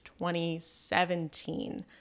2017